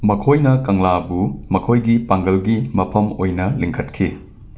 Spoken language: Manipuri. ꯃꯈꯣꯏꯅ ꯀꯪꯂꯥꯕꯨ ꯃꯈꯣꯏꯒꯤ ꯄꯥꯡꯒꯜꯒꯤ ꯃꯐꯝ ꯑꯣꯏꯅ ꯂꯤꯡꯈꯠꯈꯤ